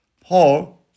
Paul